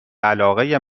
علاقه